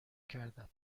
کردم